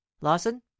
lawson